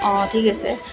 অঁ ঠিক আছে